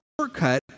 shortcut